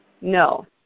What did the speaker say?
No